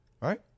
right